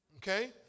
Okay